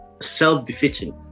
self-defeating